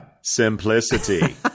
simplicity